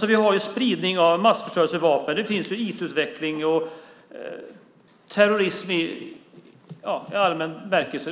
Vi har spridning av massförstörelsevapen, det finns IT-utveckling, och det finns terrorism i allmän bemärkelse.